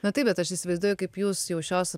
na taip bet aš įsivaizduoju kaip jūs jau šios